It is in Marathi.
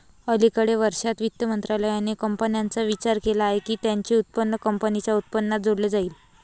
अलिकडे वर्षांत, वित्त मंत्रालयाने कंपन्यांचा विचार केला की त्यांचे उत्पन्न कंपनीच्या उत्पन्नात जोडले जाईल